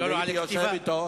על הכתיבה שלו.